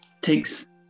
takes